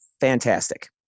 fantastic